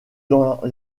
dans